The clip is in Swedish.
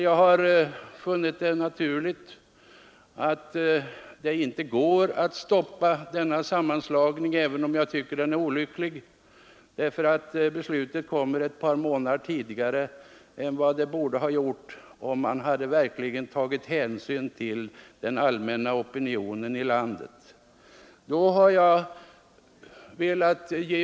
Jag har funnit att det inte går att stoppa denna sammanslagning, även om jag tycker att den är olycklig med hänsyn till att beslutet kommer ett par månader tidigare än det borde ha gjort om man verkligen hade tagit hänsyn till den allmänna opinionen i vårt land.